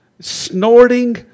snorting